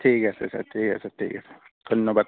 ঠিক আছে ছাৰ ঠিক আছে ঠিক আছে ধন্যবাদ